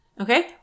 Okay